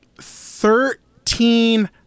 Thirteen